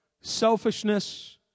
selfishness